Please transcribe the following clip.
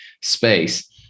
space